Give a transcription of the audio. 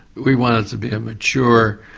we want it to be a mature,